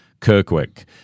kirkwick